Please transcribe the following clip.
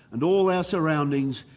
and all our surroundings,